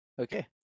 okay